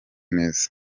neza